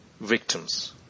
victims